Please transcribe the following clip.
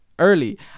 Early